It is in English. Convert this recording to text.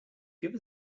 give